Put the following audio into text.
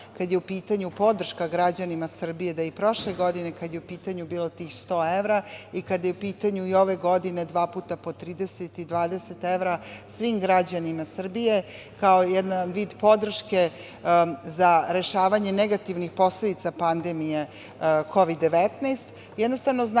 kada ja u pitanju podrška građanima Srbije da i prošle godine, kada je u pitanju bilo tih 100 evra i kada je u pitanju i ove godine dva puta po 30 i 20 evra svim građanima Srbija, kao jedan vid podrške za rešavanje negativnih posledica pandemije Kovid-19,